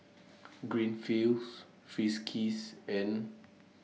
Greenfields Friskies and